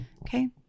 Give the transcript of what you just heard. Okay